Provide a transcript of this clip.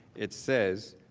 it says,